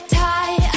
tie